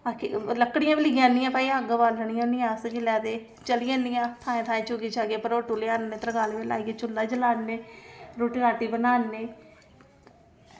बाकी लक्कड़ियां बी लेई आह्ननियां भई अग्ग बालनी होन्नियां अस जेल्लै ते चली जन्नियां थाएं थाएं चुगी चगियै भरोटु लेआननै त्रकालें बेल्लै आइयै चुल्ला जलाने रुट्टी राट्टी बनान्ने